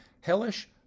hellish